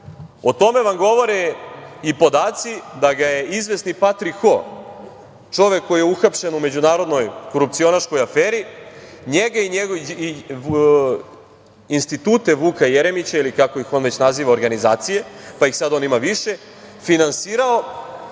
O tome vam govore i podaci da ga je izvesni Patrik Ho, čovek koji je uhapšen u međunarodnoj korupcionaškoj aferi, njega i institute Vuka Jeremića ili, kako ih on već naziva, organizacije, pa ih sada on ima više, finansirao,